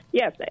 Yes